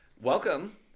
Welcome